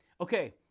Okay